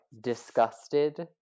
disgusted